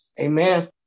Amen